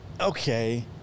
Okay